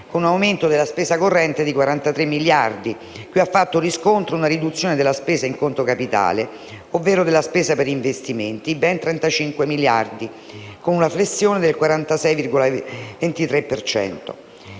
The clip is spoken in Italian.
con un aumento della spesa corrente di 43 miliardi, cui ha fatto riscontro una riduzione della spesa in conto capitale, ovvero della spesa per investimenti, di ben 35 miliardi, con una flessione del 46,23